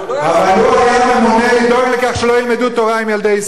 אבל הוא היה ממונה לדאוג לכך שלא ילמדו תורה עם ילדי ישראל,